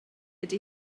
ydy